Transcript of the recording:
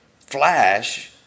flash